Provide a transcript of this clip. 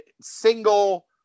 single